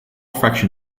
fraction